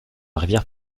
rivière